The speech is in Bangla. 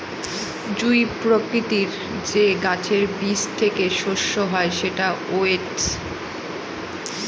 জুঁই প্রকৃতির যে গাছের বীজ থেকে শস্য হয় সেটা ওটস